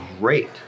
great